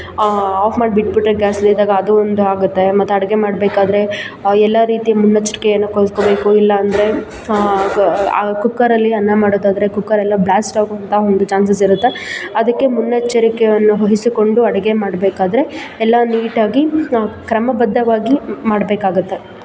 of ಮಾಡಿ ಬಿಟ್ಟುಬಿಟ್ಟು gas ಲೀಕಾಗಿ ಅದೂ ಒಂದು ಆಗುತ್ತೆ ಮತ್ತೆ ಅಡುಗೆ ಮಾಡಬೇಕಾದ್ರೆ ಎಲ್ಲ ರೀತಿ ಮುನ್ನೆಚ್ಚರಿಕೆಯನ್ನು ವಹಿಸ್ಕೊಬೇಕು ಇಲ್ಲಾಂದರೆ ಕುಕ್ಕರಲ್ಲಿ ಅನ್ನ ಮಾಡೋದಾದರೆ ಕುಕ್ಕರೆಲ್ಲ ಬ್ಲ್ಯಾಸ್ಟ್ ಆಗೋವಂತಹ ಒಂದು ಚ್ಯಾನ್ಸಸ್ ಇರುತ್ತೆ ಅದಕ್ಕೆ ಮುನ್ನೆಚ್ಚರಿಕೆಯನ್ನು ವಹಿಸಿಕೊಂಡು ಅಡುಗೆ ಮಾಡಬೇಕಾದ್ರೆ ಎಲ್ಲ ನೀಟಾಗಿ ಕ್ರಮಬದ್ದವಾಗಿ ಮಾಡಬೇಕಾಗುತ್ತೆ